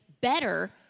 better